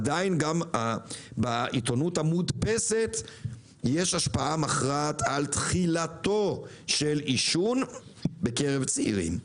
עדין בעיתונות המודפסת יש השפעה מכרעת על תחילתו של עישון בקרב צעירים.